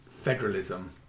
federalism